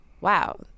wow